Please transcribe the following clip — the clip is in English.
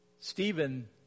Stephen